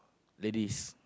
ladies